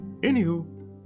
Anywho